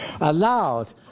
allowed